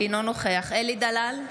אינו נוכח אלי דלל,